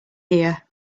here